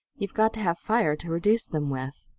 you've got to have fire to reduce them with.